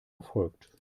erfolgt